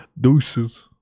deuces